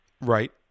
Right